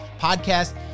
podcast